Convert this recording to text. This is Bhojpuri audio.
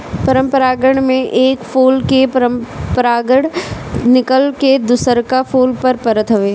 परपरागण में एक फूल के परागण निकल के दुसरका फूल पर परत हवे